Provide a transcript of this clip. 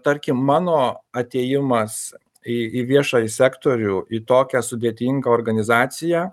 tarkim mano atėjimas į į viešąjį sektorių į tokią sudėtingą organizaciją